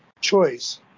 choice